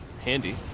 Handy